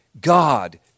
God